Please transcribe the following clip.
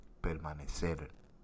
permanecer